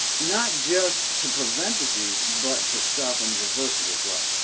not just to prevent disease, but to stop and reverse it as well.